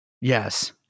Yes